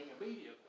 immediately